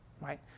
right